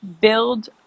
build